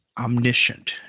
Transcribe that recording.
omniscient